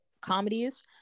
comedies